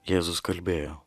jėzus kalbėjo